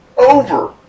over